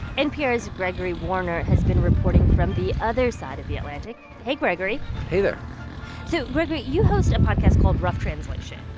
npr's gregory warner has been reporting from the other side of the atlantic. hey, gregory hey there so, gregory, you host a podcast called rough translation.